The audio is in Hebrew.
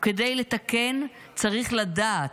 וכדי לתקן צריך לדעת,